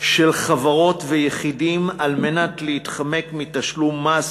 של חברות ויחידים על מנת להתחמק מתשלום מס,